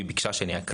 אבל ביקשה שאקריא: